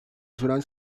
süren